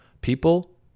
People